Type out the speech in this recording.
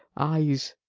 eyes,